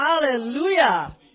Hallelujah